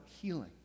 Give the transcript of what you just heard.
healing